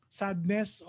sadness